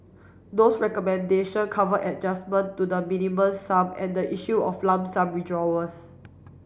those recommendation cover adjustment to the Minimum Sum and the issue of lump sum withdrawals